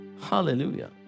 hallelujah